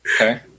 Okay